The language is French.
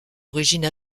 origine